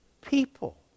people